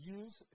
use